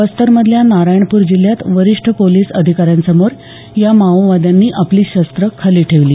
बस्तरमधल्या नारायणपूर जिल्ह्यात वरिष्ठ पोलीस अधिकाऱ्यांसमोर या माओवाद्यांनी आपली शस्त्रं खाली ठेवली